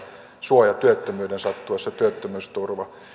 suoja työttömyyden sattuessa työttömyysturva